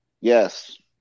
Yes